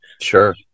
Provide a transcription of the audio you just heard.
Sure